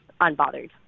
unbothered